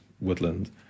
woodland